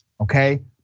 okay